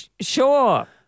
Sure